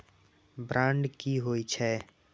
Bond की होई छै?